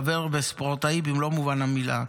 חבר וספורטאי במלוא מובן המילה.